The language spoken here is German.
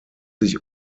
sich